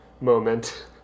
moment